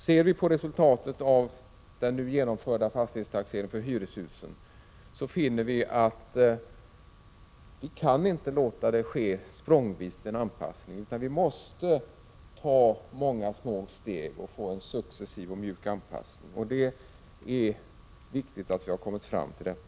Ser vi på resultatet av den nu genomförda fastighetstaxeringen för hyreshus, finner vi att vi inte kan låta en anpassning ske språngvis, utan vi måste ta många små steg och få en successiv och mjuk anpassning. Det är viktigt att vi har kommit fram till detta.